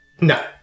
no